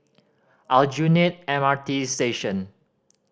Aljunied M R T Station